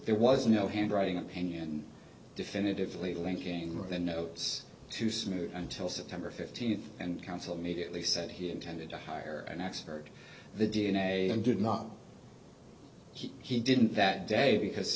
there was no handwriting opinion definitively linking the notes to smooth until september fifteenth and counsel mediately said he intended to hire an expert the d n a and did not he he didn't that day because